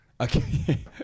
Okay